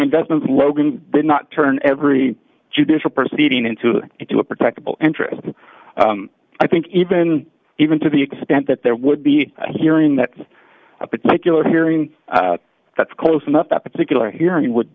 investment logan did not turn every judicial proceeding into into a protective interest i think even even to the extent that there would be hearing that a particular hearing that's close enough that particular hearing would